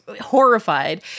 horrified